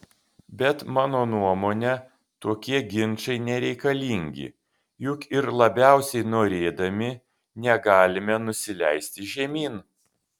bet mano nuomone tokie ginčai nereikalingi juk ir labiausiai norėdami negalime nusileisti žemyn